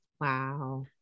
Wow